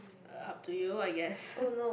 uh up to you I guess